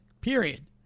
period